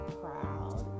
proud